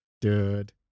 dude